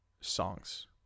songs